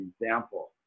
example